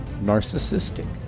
narcissistic